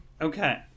Okay